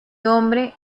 hombre